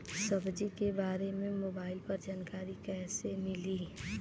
सब्जी के बारे मे मोबाइल पर जानकारी कईसे मिली?